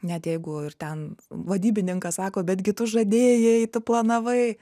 net jeigu ir ten vadybininkas sako bet gi tu žadėjai tu planavai